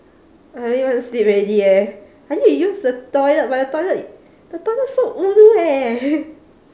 I really want to sleep already eh I need to use the toilet but the toilet i~ the toilet so ulu eh